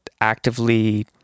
actively